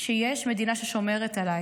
שיש מדינה ששומרת עליי,